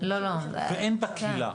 אין לה בקהילה.